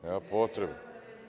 Nema potrebe.